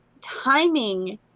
timing